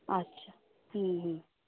আচ্ছা হুম হুম